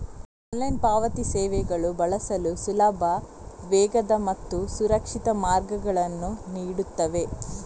online ಪಾವತಿ ಸೇವೆಗಳು ಬಳಸಲು ಸುಲಭ, ವೇಗದ ಮತ್ತು ಸುರಕ್ಷಿತ ಮಾರ್ಗಗಳನ್ನು ನೀಡುತ್ತವೆ